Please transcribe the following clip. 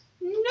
No